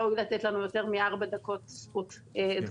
ראוי לתת לנו יותר מארבע דקות זכות תגובה.